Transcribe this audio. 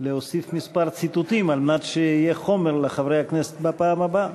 להוסיף כמה ציטוטים כדי שיהיה חומר לחברי הכנסת בפעם הבאה.